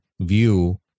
view